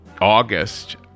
August